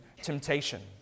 temptation